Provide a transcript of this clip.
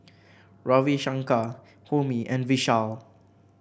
Ravi Shankar Homi and Vishal